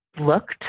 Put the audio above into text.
looked